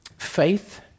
Faith